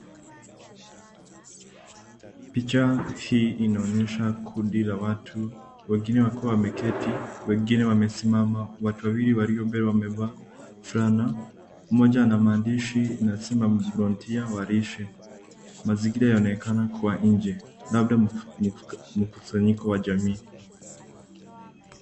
Picha hii inaonyesha kundi la watu, wengine wakiwa wameketi, wengine wamesimama. Watu wawili walio mbele wamevaa fulana, mmoja ana maandishi inasema volunteer wa lishe. Mazingira yanaonekana kuwa nje, labda mkusanyiko wa jamii.